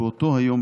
באותו היום,